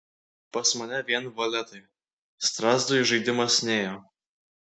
pas mane vien valetai strazdui žaidimas nėjo